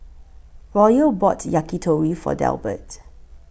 Royal bought Yakitori For Delbert